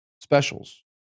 specials